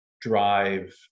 drive